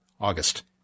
August